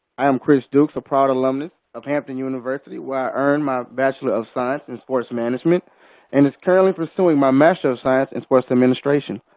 i am chris dukes, a proud alumnus of hampton university, where i earned my bachelor of science in sports management and is currently pursuing my master's of science in sports administration.